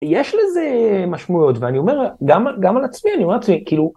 יש לזה משמעויות ואני אומר גם על עצמי, אני אומר לעצמי, כאילו...